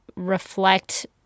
Reflect